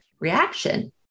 reaction